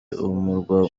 umurwa